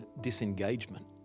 disengagement